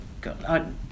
God